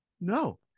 No